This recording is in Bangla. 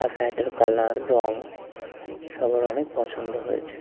আর ফ্যানটার কালার রঙ সবার অনেক পছন্দ হয়েছে